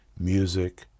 music